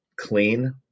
clean